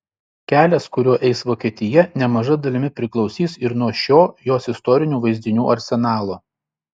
kelias kuriuo eis vokietija nemaža dalimi priklausys ir nuo šio jos istorinių vaizdinių arsenalo